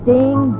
Ding